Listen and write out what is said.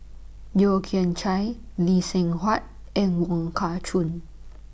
Yeo Kian Chai Lee Seng Huat and Wong Kah Chun